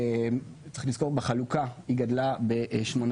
צריך לזכור, בחלוקה היא גדלה ב-18%.